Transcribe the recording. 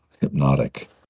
hypnotic